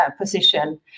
position